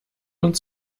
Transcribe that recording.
und